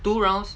two rounds